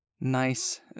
nice